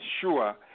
sure